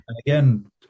again